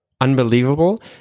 unbelievable